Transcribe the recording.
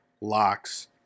locks